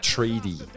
Treaty